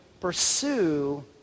pursue